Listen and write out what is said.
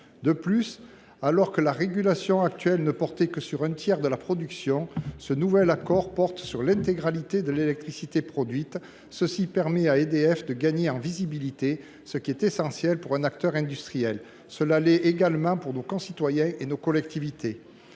De plus, alors que la régulation actuelle ne portait que sur un tiers de la production, ce nouvel accord concerne l’intégralité de l’électricité produite, ce qui permet à EDF de gagner en visibilité, facteur essentiel pour un acteur industriel, comme pour nos concitoyens et nos collectivités.